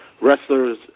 wrestlers